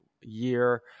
year